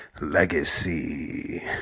Legacy